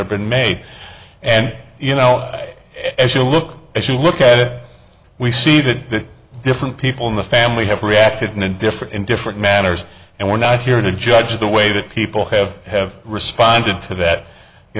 have been made and you know as you look as you look at it we see that different people in the family have reacted in a different in different manners and we're not here to judge the way that people have have responded to that you